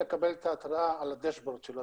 לקבל את ההתראה על הדשבורד שלו.